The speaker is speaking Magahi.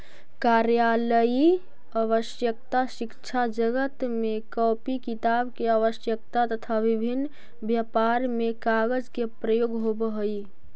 कार्यालयीय आवश्यकता, शिक्षाजगत में कॉपी किताब के आवश्यकता, तथा विभिन्न व्यापार में कागज के प्रयोग होवऽ हई